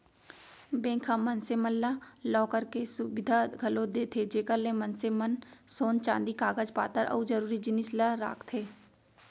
bank ह मनसे मन ला लॉकर के सुबिधा घलौ देथे जेकर ले मनसे मन सोन चांदी कागज पातर अउ जरूरी जिनिस ल राखथें